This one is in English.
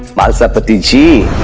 mhalsapati?